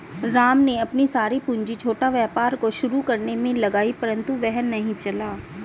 राम ने अपनी सारी पूंजी छोटा व्यापार को शुरू करने मे लगाई परन्तु वह नहीं चला